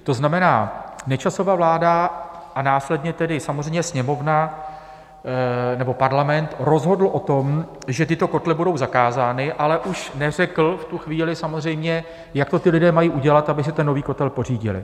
To znamená, Nečasova vláda a následně tedy samozřejmě Sněmovna nebo Parlament rozhodly o tom, že tyto kotle budou zakázány, ale už v tu chvíli samozřejmě neřekly, jak to ti lidé mají udělat, aby si ten nový kotel pořídili.